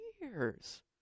years